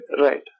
right